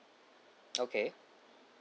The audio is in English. okay